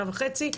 שנה וחצי,